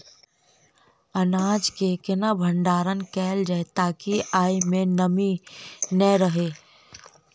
अनाज केँ केना भण्डारण कैल जाए ताकि ओई मै नमी नै रहै?